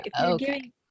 Okay